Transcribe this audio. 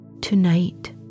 Tonight